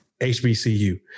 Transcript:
HBCU